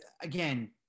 again